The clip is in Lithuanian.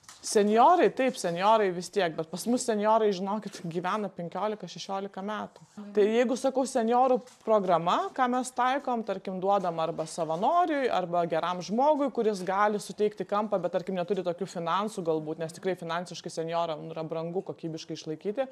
senjorai taip senjorai vis tiek bet pas mus senjorai žinokit gyvena penkioliką šešioliką metų tai jeigu sakau senjorų programa ką mes taikom tarkim duodam arba savanoriui arba geram žmogui kuris gali suteikti kampą tarkim neturi tokių finansų galbūt nes tikrai finansiškai senjorą nu yra brangu kokybiškai išlaikyti